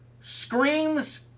screams